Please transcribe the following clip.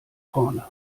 vorne